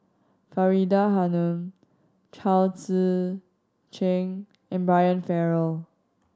Faridah Hanum Chao Tzee Cheng and Brian Farrell